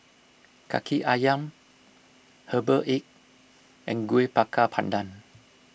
Kaki Ayam Herbal Egg and Kuih Bakar Pandan